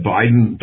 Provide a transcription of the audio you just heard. Biden